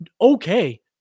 okay